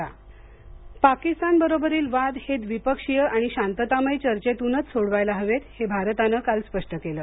भारत पाकिस्तान पाकिस्तानबरोबरील वाद हे द्विपक्षीय आणि शांततामय चर्चेतूनच सोडवायला हवेत हे भारतानं काल स्पष्ट केलं